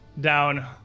down